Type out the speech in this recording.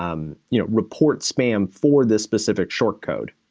um you know, report spam for this specific short code.